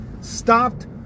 stopped